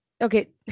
Okay